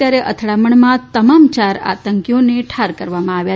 ત્યારે અથડામણમાં તમામ ચાર આતંકવાદીઓને ઠાર કરવામાં આવ્યા